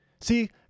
See